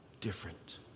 different